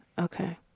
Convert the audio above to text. Okay